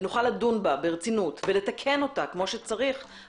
ונוכל לדון בה ברצינות ולתקן אותה כמו שצריך,